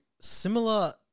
similar